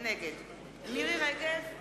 נגד מירי רגב,